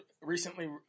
recently